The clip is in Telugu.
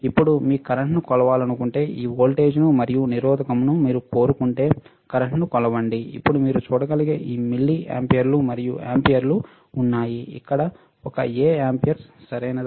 ఇప్పుడు మీరు కరెంట్ను కొలవాలనుకుంటే ఈ వోల్టేజ్ను మరియు నిరోధకంను మీరు కోరుకుంటే కరెంట్ను కొలవండి ఇప్పుడు మీరు చూడగలిగే ఈ మిల్లిఆంపియర్లు మరియు ఆంపియర్లు ఉన్నాయి ఇక్కడ ఒక A ఆంపియర్స్ సరియైనదా